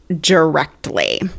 directly